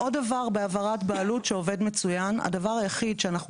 עוד דבר בהעברת בעלות שעובד מצוין הדבר היחיד שאנחנו